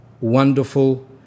wonderful